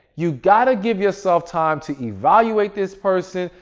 you got to give yourself time to evaluate this person,